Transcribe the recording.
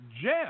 Jeff